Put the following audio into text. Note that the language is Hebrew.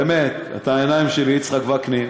באמת, אתה העיניים שלי, יצחק וקנין.